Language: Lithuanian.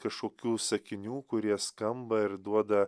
kašokių sakinių kurie skamba ir duoda